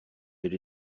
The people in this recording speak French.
elle